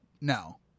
No